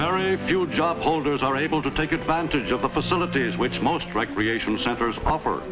very few jobs holders are able to take advantage of the facilities which most recreation centers